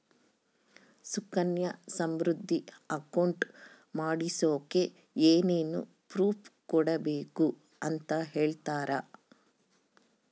Sukanya Samriddhi account ಮಾಡಿಸೋಕೆ ಏನೇನು proof ಕೊಡಬೇಕು ಅಂತ ಹೇಳ್ತೇರಾ?